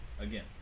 Again